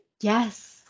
Yes